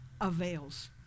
avails